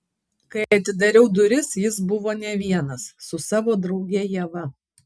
kai atidariau duris jis buvo ne vienas su savo drauge ieva